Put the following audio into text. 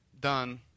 done